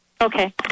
Okay